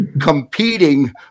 competing